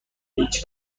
هیچ